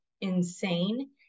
insane